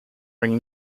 ring